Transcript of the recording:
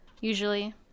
usually